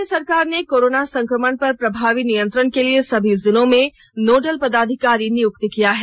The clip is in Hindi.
राज्य सरकार ने कोरोना संक्रणण पर प्रभावी नियंत्रण के लिए सभी जिलों में नोडल पदाधिकारी नियुक्त किए हैं